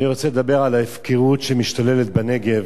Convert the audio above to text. אני רוצה לדבר על ההפקרות שמשתוללת בנגב,